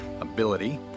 ability